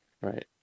right